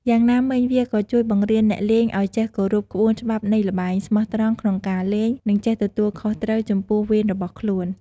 យ៉ាងណាមិញ វាក៏ជួយបង្រៀនអ្នកលេងឱ្យចេះគោរពក្បួនច្បាប់នៃល្បែង ស្មោះត្រង់ក្នុងការលេង និងចេះទទួលខុសត្រូវចំពោះវេនរបស់ខ្លួន។